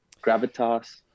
gravitas